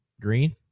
Green